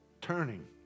turning